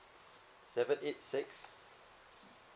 s~ seven eight six